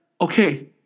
okay